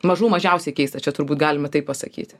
mažų mažiausiai keista čia turbūt galima taip pasakyt